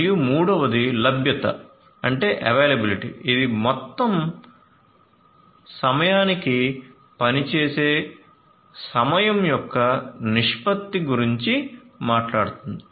మరియు మూడవది లభ్యత ఇది మొత్తం సమయానికి పనిచేసే సమయం యొక్క నిష్పత్తి గురించి మాట్లాడుతుంది